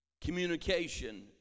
communication